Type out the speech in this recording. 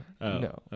No